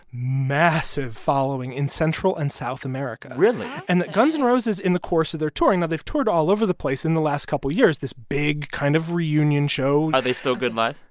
massive following in central and south america really. and that guns n' and roses, in the course of their touring now, they've toured all over the place in the last couple years, this big kind of reunion show are they still good live?